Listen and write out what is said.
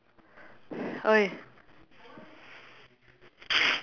!oi!